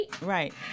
Right